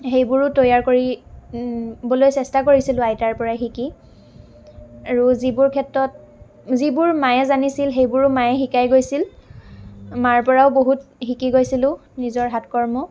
সেইবোৰো তৈয়াৰ কৰি বলৈ চেষ্টা কৰিছিলোঁ আইতাৰ পৰা শিকি আৰু যিবোৰ ক্ষেত্ৰত যিবোৰ মায়ে জানিছিল সেইবোৰো মায়ে শিকাই গৈছিল মাৰ পৰাও বহুত শিকি গৈছিলো নিজৰ হাত কৰ্ম